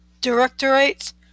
directorates